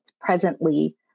presently